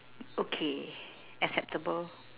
okay acceptable